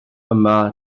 yma